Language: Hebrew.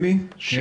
אני